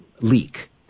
leak